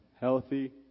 healthy